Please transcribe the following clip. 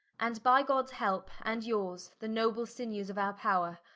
and by gods helpe and yours, the noble sinewes of our power,